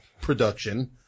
production